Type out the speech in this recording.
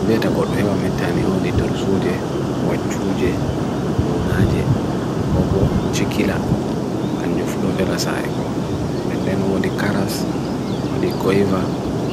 Tagle heɓi tawa fiinooko ɓe heɓi puccu miijeeji fiinooko ha goongu.